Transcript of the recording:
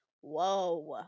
Whoa